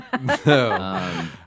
No